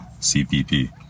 CPP